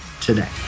today